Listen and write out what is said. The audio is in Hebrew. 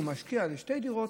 הוא משקיע בשתי דירות,